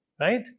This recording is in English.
right